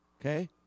Okay